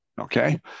okay